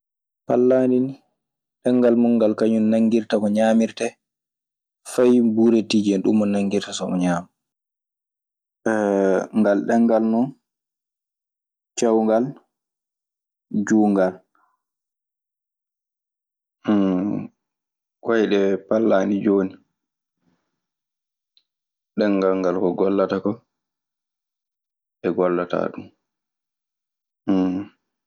Pallaandi nii, ɗengal mun ngal kañun nanngirta ko ñaamirtee. Fay ɓuuretiije en. Ɗun mo nanngirta so o ñaama. ngal ɗenngal non cewngal, juutngal. Koyɗe pallaandi jooni, ɗenngal ngal ko gollata koo, ɗe gollata ɗun.